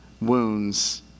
wounds